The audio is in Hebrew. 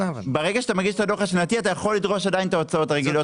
ברגע שאתה מגיש את הדוח השנתי אתה יכול עדיין לדרוש את ההוצאות הרגילות.